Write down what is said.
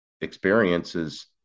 experiences